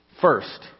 first